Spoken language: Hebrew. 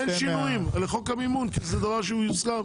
שינויים בחוק המימון כי זה דבר שהוא יוסכם.